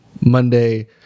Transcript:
Monday